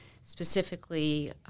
Specifically